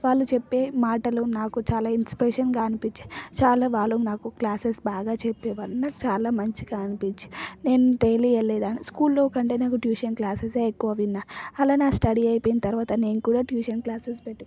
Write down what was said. వాళ్ళు చెప్పే మాటలు చాలా ఇన్స్పిరేషన్గా అనిపించాయి చాలా వాళ్ళు నాకు క్లాసెస్ బాగా చెప్పేవాళ్ళు నాకు చాలా మంచిగా అనిపించేది నేను డైలీ వెళ్ళేదానిని స్కూల్లో కంటే నేను ట్యూషన్ క్లాసెస్ ఏ ఎక్కువగా విన్నాను అలా నా స్టడీ అయిపోయిన తర్వాత నేను కూడా ట్యూషన్ క్లాసెస్ పెట్టుకున్నాను